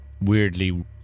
weirdly